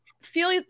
Feel